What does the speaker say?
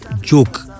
joke